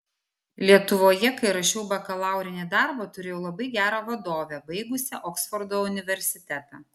lietuvoje kai rašiau bakalaurinį darbą turėjau labai gerą vadovę baigusią oksfordo universitetą